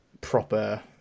proper